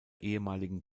ehemaligen